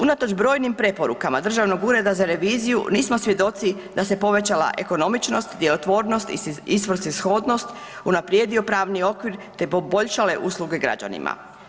Unatoč brojnim preporukama Državnog ureda za reviziju nismo svjedoci da se povećala ekonomičnost, djelotvornost i svrsishodnost, unaprijedio pravni okvir te poboljšale usluge građanima.